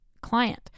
client